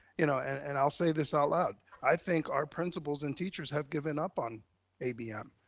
you know, and and i'll say this out loud, i think our principals and teachers have given up on abm.